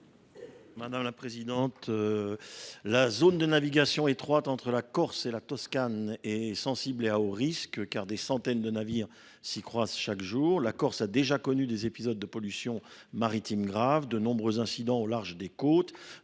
Jacques Fernique. La zone de navigation étroite entre la Corse et la Toscane est sensible et à haut risque, car des centaines de navires s’y croisent chaque jour. La Corse a déjà connu des épisodes de pollution maritime grave et de nombreux incidents au large de ses côtes,